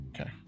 Okay